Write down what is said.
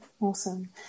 Awesome